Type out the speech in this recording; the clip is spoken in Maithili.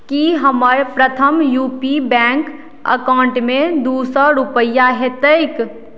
की हमर प्रथम यू पी बैंक अकाउंटमे दू सए रूपैआ हेतैक